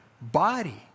body